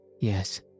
Yes